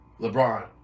LeBron